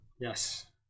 Yes